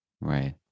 Right